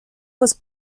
was